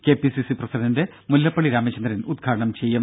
K P C C president Mullappally Ramachandran ഉദ്ഘാടനം ചെയ്യും